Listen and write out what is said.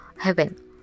heaven